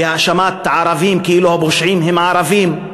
והאשמת ערבים כאילו הפושעים הם ערבים,